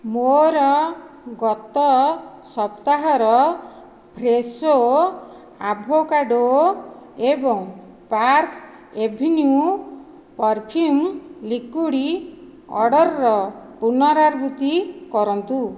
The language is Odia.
ମୋର ଗତ ସପ୍ତାହର ଫ୍ରେଶୋ ଆଭୋକାଡ଼ୋ ଏବଂ ପାର୍କ୍ ଏଭିନ୍ୟୁ ପରଫ୍ୟୁମ୍ ଲିକ୍ୱିଡ଼୍ ଅର୍ଡ଼ର୍ର ପୁନରାବୃତ୍ତି କରନ୍ତୁ